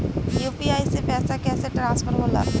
UPI से पैसा कैसे ट्रांसफर होला?